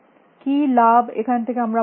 কী লাভ এখান থেকে আমরা পাচ্ছি